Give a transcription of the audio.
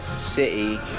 City